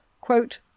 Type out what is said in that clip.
quote